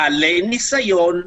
בעלי ניסיון,